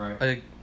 Right